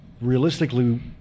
Realistically